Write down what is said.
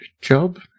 job